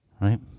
right